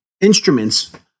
instruments